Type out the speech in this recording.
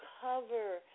cover